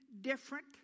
different